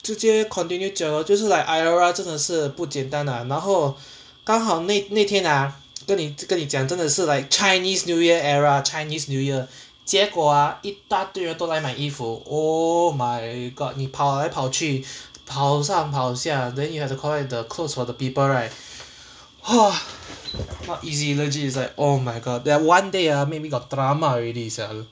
直接 continue 讲就是 like iora 这种事不简单 ah 然后刚好那那天 ah 跟你跟你讲真的是 like chinese new year era chinese new year 结果 ah 一大堆人都来买衣服 oh my god 你跑来跑去跑上跑下 then you have to collect the clothes for the people right not easy legit it's like oh my god that one day ah make me got trauma already sia